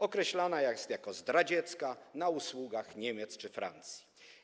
Określana jest jako zdradziecka na usługach Niemiec czy Francji.